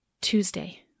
Tuesday